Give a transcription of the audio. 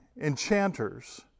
enchanters